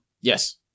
Yes